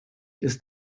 ist